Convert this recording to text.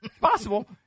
Possible